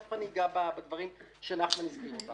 תיכף אגע בדברים שאנחנו מסבירים אותם.